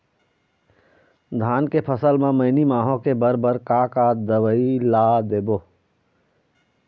धान के फसल म मैनी माहो के बर बर का का दवई ला देबो?